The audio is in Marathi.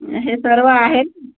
हे सर्व आहेत